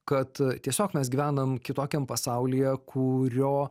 kad tiesiog mes gyvenam kitokiam pasaulyje kurio